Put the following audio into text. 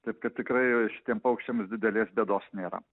taip kad tikrai šitiem paukščiam didelės bėdos nėra